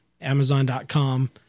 amazon.com